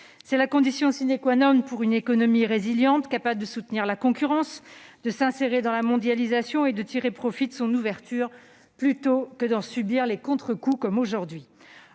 C'est la condition pour une économie résiliente, capable de soutenir la concurrence, de s'insérer dans la mondialisation et de tirer profit de son ouverture, plutôt que d'en subir les contrecoups, comme aujourd'hui.